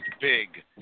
big